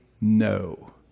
no